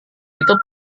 itu